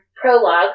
prologue